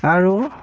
আৰু